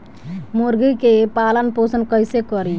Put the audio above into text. मुर्गी के पालन पोषण कैसे करी?